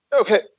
okay